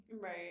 Right